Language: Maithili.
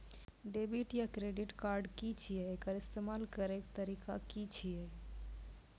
डेबिट या क्रेडिट कार्ड की छियै? एकर इस्तेमाल करैक तरीका की छियै?